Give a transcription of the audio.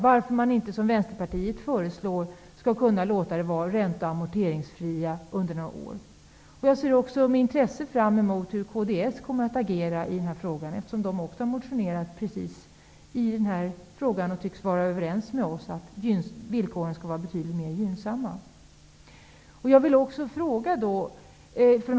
Varför kan de inte, som Vänsterpartiet föreslår, vara ränte och amorteringsfria under några år? Jag ser med intresse fram emot hur kds ledamöter kommer att agera i denna fråga, eftersom de också har väckt motioner och tycks vara överens med oss att villkoren skall vara betydligt mer gynnsamma.